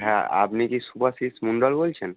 হ্যাঁ আপনি কি শুভাশিস মন্ডল বলছেন